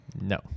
No